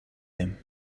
him